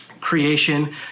Creation